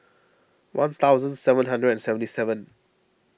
one thousand seven hundred and seventy seven